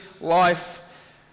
life